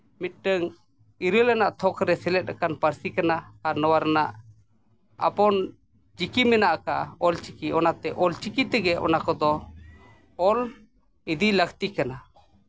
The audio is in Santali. ᱢᱤᱫᱴᱟᱹᱱ ᱤᱨᱟᱹᱞ ᱟᱱᱟᱜ ᱛᱷᱚᱠ ᱨᱮ ᱥᱮᱞᱮᱫ ᱟᱠᱟᱱ ᱯᱟᱹᱨᱥᱤ ᱠᱟᱱᱟ ᱟᱨ ᱱᱚᱣᱟ ᱨᱮᱱᱟᱜ ᱟᱯᱚᱱ ᱪᱤᱠᱤ ᱢᱮᱱᱟᱜ ᱠᱟᱜᱼᱟ ᱚᱞᱪᱤᱠᱤ ᱚᱱᱟᱛᱮ ᱚᱞᱪᱤᱠᱤ ᱛᱮᱜᱮ ᱚᱱᱟ ᱠᱚᱫᱚ ᱚᱞ ᱤᱫᱤ ᱞᱟᱹᱠᱛᱤ ᱠᱟᱱᱟ